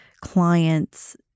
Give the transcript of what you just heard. clients